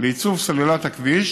לייצוב סוללת הכביש